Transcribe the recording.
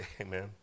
Amen